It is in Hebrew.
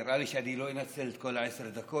נראה לי שאני לא אנצל את כל עשר הדקות,